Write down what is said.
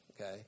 Okay